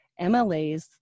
MLAs